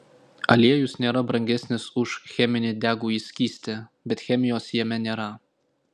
aliejus nėra brangesnis už cheminį degųjį skystį bet chemijos jame nėra